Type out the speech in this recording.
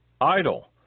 Idle